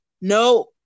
no